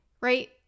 right